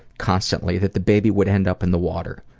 constantly that the baby would end up in the water.